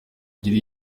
agira